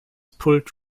pulled